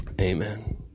amen